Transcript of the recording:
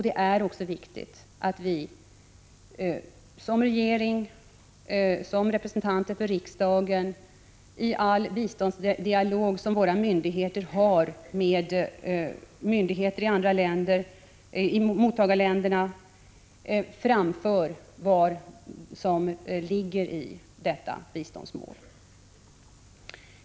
Det är också viktigt att den svenska regeringen, riksdagen och våra myndigheter i den biståndsdialog de har med mottagarländerna framför vad som ligger i detta biståndsmål.